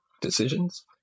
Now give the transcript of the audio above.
decisions